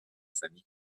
famille